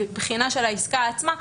בחינה של העסקה עצמה,